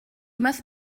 must